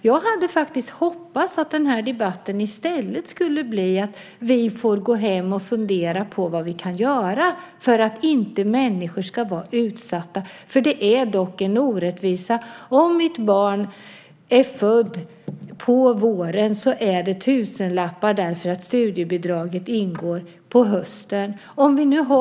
Jag hade faktiskt hoppats att den här debatten i stället skulle innebära att vi får gå hem och fundera på vad vi kan göra för att människor inte ska vara utsatta. Det är dock en orättvisa. Om ett barn är fött på våren handlar det om tusenlappar därför att studiebidraget kommer på hösten.